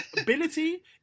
ability